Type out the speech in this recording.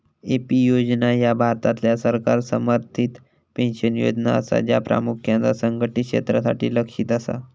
AP योजना ह्या भारतातल्या सरकार समर्थित पेन्शन योजना असा, ज्या प्रामुख्यान असंघटित क्षेत्रासाठी लक्ष्यित असा